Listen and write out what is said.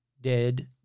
Dead